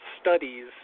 studies